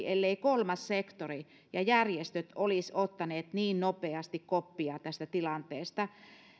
elleivät kolmas sektori ja järjestöt olisi ottaneet niin nopeasti koppia tästä tilanteesta